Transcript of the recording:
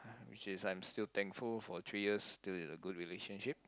which is I'm still thankful for three years still in a good relationship